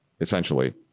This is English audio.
essentially